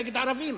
נגד ערבים.